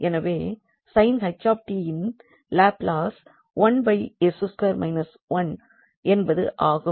எனவே sinh இன் Laplace 1s2 1 என்பது ஆகும்